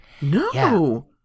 No